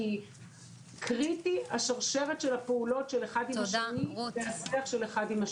כי השרשרת של הפעולות והשיח אחד עם השני הם קריטיים.